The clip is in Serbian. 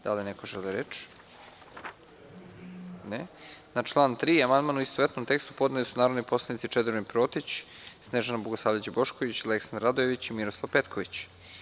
Da li neko želi reč? (Ne) Na član 3. amandman u istovetnom tekstu podneli su narodni poslanici Čedomir Protić, Snežana Bogosavljević Bošković, Aleksandar Radojević i Miroslav Petković.